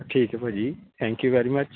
ਠੀਕ ਹੈ ਭਾਅ ਜੀ ਥੈਂਕ ਯੂ ਵੈਰੀ ਮੱਚ